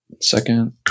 Second